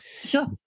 Sure